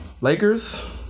Lakers